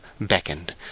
beckoned